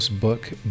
book